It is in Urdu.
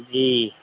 جی